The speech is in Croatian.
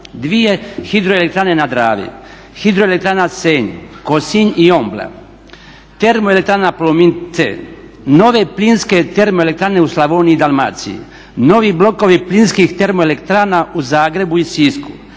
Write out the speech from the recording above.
Savi, 2 hidroelektrane na Dravi, hidroelektrana "Senj", "Kosinj" i "OMBLA", termoelektrana "Plomin C", nove plinske termoelektrane u Slavoniji i Dalmaciji, novi blokovi plinskih termoelektrana u Zagrebu i Sisku,